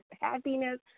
happiness